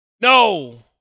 No